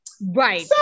Right